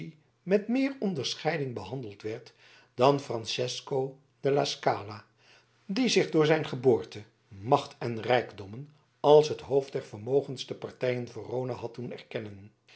met meer onderscheiding behandeld werd dan francesco della scala die zich door zijn geboorte macht en rijkdommen als het hoofd der vermogendste partij in verona had doen erkennen